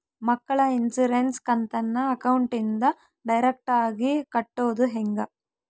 ಮಕ್ಕಳ ಇನ್ಸುರೆನ್ಸ್ ಕಂತನ್ನ ಅಕೌಂಟಿಂದ ಡೈರೆಕ್ಟಾಗಿ ಕಟ್ಟೋದು ಹೆಂಗ?